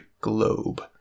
Globe